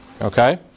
Okay